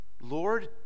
Lord